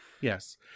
yes